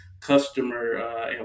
customer